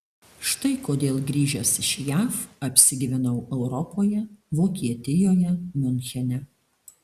štai kodėl grįžęs iš jav apsigyvenau europoje vokietijoje miunchene